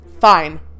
Fine